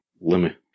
limit